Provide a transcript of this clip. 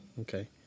Okay